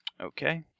Okay